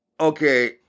Okay